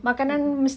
mmhmm